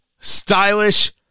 stylish